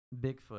Bigfoot